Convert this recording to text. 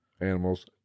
animals